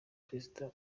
perezida